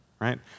right